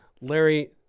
Larry